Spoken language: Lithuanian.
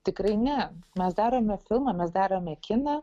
tikrai ne mes darome filmą mes darome kiną